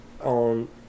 on